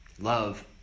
Love